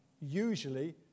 usually